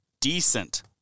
decent